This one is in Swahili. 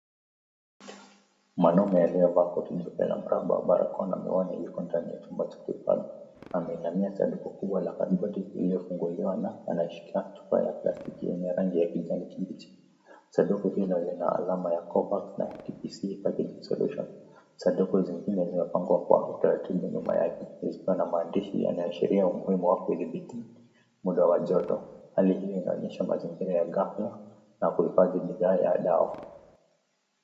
Mwanamume aliyevaa koti nyeupe na barakoa na miwani yuko ndani ya chumba cha kuhifadhi. Ameinamia sanduku kubwa la kadibodi iliyofunguliwa na anashika chupa ya plastiki yenye rangi ya kijani kibichi. Sanduku hilo lina alama ya Covax na KPC packaging solutions . Sanduku zingine zimepangwa kwa utaratibu nyuma yake zikiwa na maandishi yanayoashiria umuhimu wa kudhibiti muda wa joto. Hali hii inaonyesha mazingira ya ghala na kuhifadhi bidhaa ya dawa.